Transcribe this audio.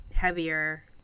heavier